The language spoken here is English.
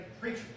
preacher